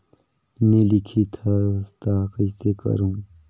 नी लिखत हस ता कइसे करू?